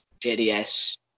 JDS